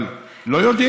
אבל, לא יודעים?